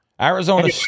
Arizona